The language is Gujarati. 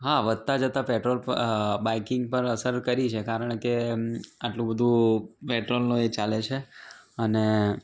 હા વધતા જતાં પેટ્રોલ બાઇકિંગ પર અસર કરી છે કારણ કે આટલું બધું પેટ્રોલનું એ ચાલે છે અને